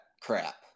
crap